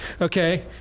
Okay